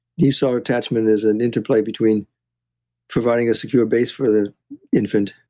he saw attachment is an interplay between providing a secure base for the infant,